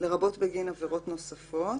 לרבות בגין עבירות נוספות